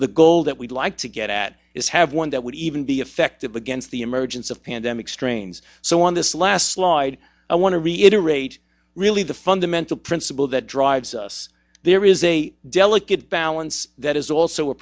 the goal that we'd like to get at is have one that would even be effective against the emergence of pandemic strains so on this last slide i want to reiterate really the fundamental principle that drives us there is a delicate balance that is also a